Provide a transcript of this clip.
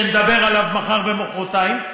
שנדבר עליו מחר ומוחרתיים,